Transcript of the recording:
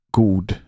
god